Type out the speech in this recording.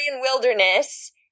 wilderness